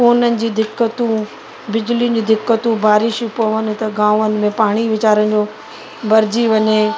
फ़ोननि जी दिक़तूं बिजलीयुनि जी दिक़तूं बारिश पवनि त गावनि में पाणी वीचारनि जो भरिजी वञे